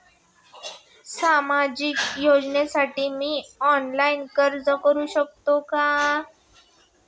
सामाजिक योजनेसाठी मी ऑनलाइन अर्ज करू शकतो का?